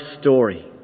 story